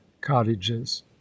cottages